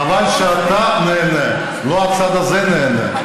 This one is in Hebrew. חבל שאתה נהנה, הצד הזה לא נהנה.